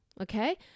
okay